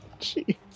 Jeez